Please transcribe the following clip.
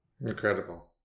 Incredible